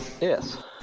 Yes